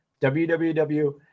www